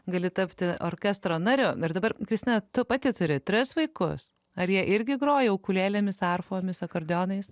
gali tapti orkestro nariu nu ir dabar kristina tu pati turi tris vaikus ar jie irgi groja jau kulėlėmis arfomis akordeonais